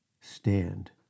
Stand